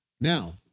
Now